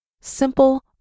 simple